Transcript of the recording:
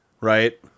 Right